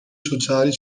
sociali